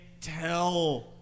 tell